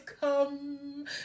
come